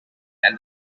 and